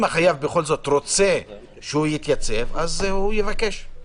אם החייב בכל זאת רוצה שהוא יתייצב אז הוא יבקש.